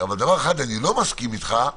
אבל לדבר אחד אני לא מסכים איתך.